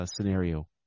scenario